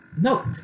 note